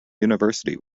university